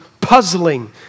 puzzling